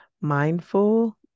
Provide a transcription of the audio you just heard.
mindful